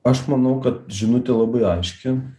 aš manau kad žinutė labai aiški